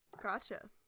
Gotcha